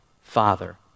Father